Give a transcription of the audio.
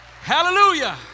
Hallelujah